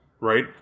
Right